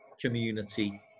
community